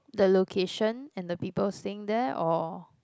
the location and the people staying there or